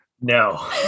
no